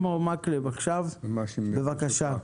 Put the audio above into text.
מקלב, בבקשה.